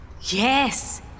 Yes